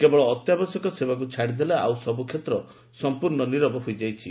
କେବଳ ଅତ୍ୟାବଶ୍ୟକ ସେବାକୁ ଛାଡ଼ିଦେଲେ ଆଉ ସବୁକ୍ଷେତ୍ର ସମ୍ପର୍ଷ୍ଣ ନିରବ ହୋଇଯାଇଛି